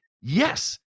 Yes